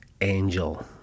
Angel